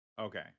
Okay